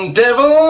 devil